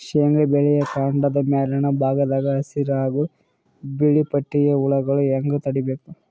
ಶೇಂಗಾ ಬೆಳೆಯ ಕಾಂಡದ ಮ್ಯಾಲಿನ ಭಾಗದಾಗ ಹಸಿರು ಹಾಗೂ ಬಿಳಿಪಟ್ಟಿಯ ಹುಳುಗಳು ಹ್ಯಾಂಗ್ ತಡೀಬೇಕು?